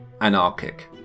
anarchic